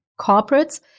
corporates